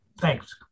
Thanks